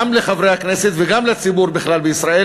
גם לחברי הכנסת וגם לציבור בכלל בישראל,